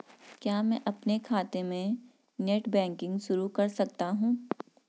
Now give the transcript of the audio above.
क्या मैं अपने खाते में नेट बैंकिंग शुरू कर सकता हूँ?